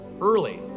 early